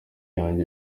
yanjye